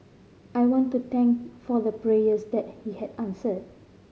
I want to thank for the prayers that he had answered